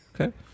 Okay